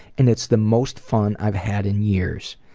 and it's the most fun i've had in years.